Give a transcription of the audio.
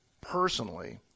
personally